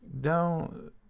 down